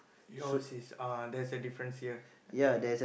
yours is ah there's a difference here ya